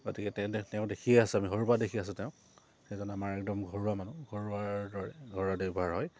গতিকে তেওঁ তেওঁ দেখিয়েই আছে আমি সৰুৰপৰা দেখি আছো তেওঁক সেইজন আমাৰ একদম ঘৰুৱা মানুহ ঘৰুৱাৰ দৰে ঘৰুৱা হয়